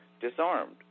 disarmed